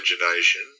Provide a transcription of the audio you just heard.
imagination